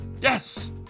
Yes